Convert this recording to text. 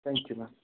thank you ma'am